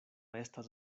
estas